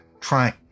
trying